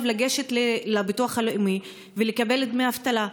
לגשת לביטוח הלאומי ולקבל דמי אבטלה.